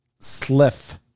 Sliff